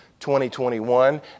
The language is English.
2021